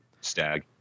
stag